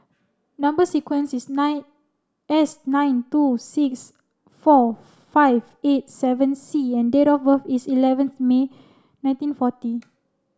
number sequence is nine S nine two six four five eight seven C and date of birth is eleventh May nineteen forty